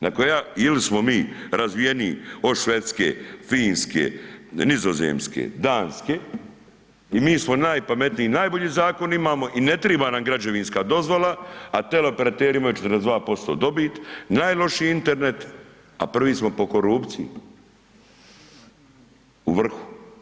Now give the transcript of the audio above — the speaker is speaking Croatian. Na koje, ili smo mi razvijeniji od Švedske, Finske, Nizozemske, Danske i mi smo najpametniji i najbolji zakon imamo i ne triba nam građevinska dozvola, a teleoperateri imaju 42% dobit, najlošiji Internet, a prvi smo po korupciji, u vrhu.